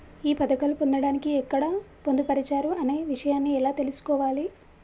ఈ పథకాలు పొందడానికి ఎక్కడ పొందుపరిచారు అనే విషయాన్ని ఎలా తెలుసుకోవాలి?